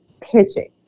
pitching